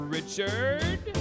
Richard